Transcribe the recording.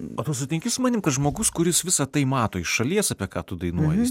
o tu sutinki su manim kad žmogus kuris visa tai mato iš šalies apie ką tu dainuoji